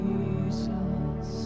Jesus